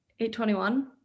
821